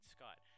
Scott